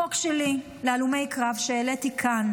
החוק שלי להלומי קרב שהעליתי כאן,